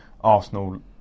Arsenal